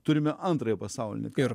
turime antrojį pasaulinį karą